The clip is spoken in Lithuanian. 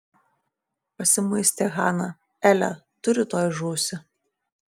pasimuistė hana ele tu rytoj žūsi